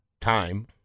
time